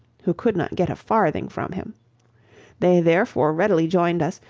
who could not get a farthing from him they therefore readily joined us,